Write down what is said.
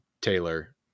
Taylor